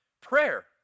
Prayer